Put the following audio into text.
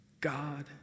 God